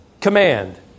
command